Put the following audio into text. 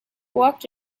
walked